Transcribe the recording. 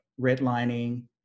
redlining